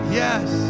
yes